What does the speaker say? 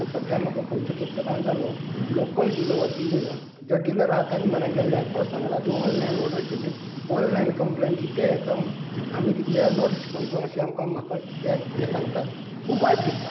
सद्द्या म्हाका खंयचो घेतलो काय जालो लोकल डिलवर डील जो डिलर आसा तेज्या म्हऱ्या गेलो जायत तो सांगता तूं ऑनलायन ऑर्डर केल्ली ऑनलायन कंम्प्लेन दी ते येत म्हूण आमी वी आर नोट रिसपोसिंबल अशी आमकां म्हाका ते हे सांगतात खूब वायट दिसता